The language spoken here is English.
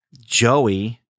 Joey